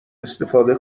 استفاده